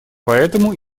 поэтому